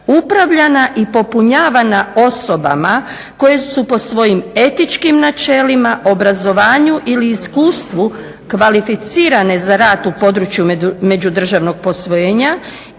"upravljana i popunjavana osobama koje su po svojim etičkim načelima, obrazovanju ili iskustvu kvalificirane za rad u području međudržavnog posvojenja